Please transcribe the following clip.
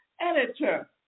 editor